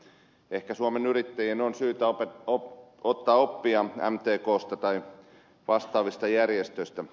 ehkä suomen yrittäjien on syytä ottaa oppia mtksta tai vastaavista järjestöistä